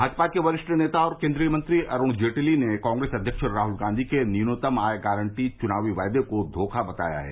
भाजपा के वरिष्ठ नेता और केन्द्रीय मंत्री अरुण जेटली ने कांग्रेस अध्यक्ष राहल गांधी के न्यूनतम आय गारन्टी च्नावी वायदे को धोखा बताया है